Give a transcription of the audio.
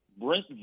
brent